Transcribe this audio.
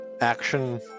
action